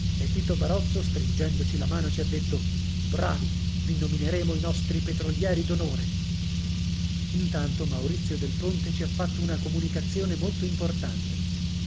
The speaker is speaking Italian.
e tito barozzo stringendoci la mano ci ha detto ravi i nomineremo i nostri petrolieri d'onore intanto maurizio del ponte ci ha fatto una comunicazione molto importante